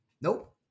Nope